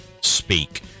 speak